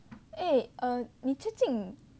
诶 err 你最近